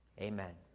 amen